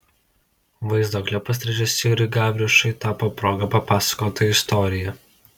vaizdo klipas režisieriui gavrišui tapo proga papasakoti istoriją